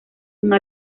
una